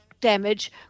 damage